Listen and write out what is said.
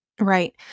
Right